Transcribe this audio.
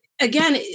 Again